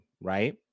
right